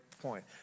point